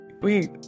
wait